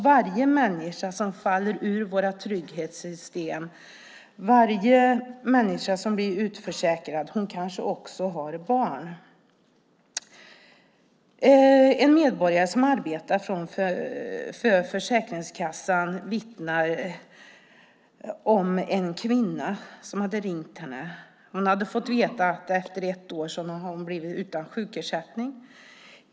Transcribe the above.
Varje människa som faller ur våra trygghetssystem, varje människa som blir utförsäkrad kanske också har barn. En medborgare som arbetar vid Försäkringskassan vittnar om en kvinna som ringde henne. Hon hade fått veta att hon efter ett år blivit utan sjukersättning.